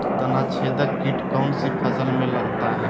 तनाछेदक किट कौन सी फसल में लगता है?